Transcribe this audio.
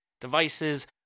devices